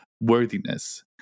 worthiness